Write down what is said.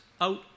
out